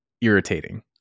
irritating